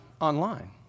online